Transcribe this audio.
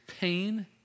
pain